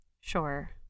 sure